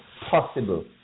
possible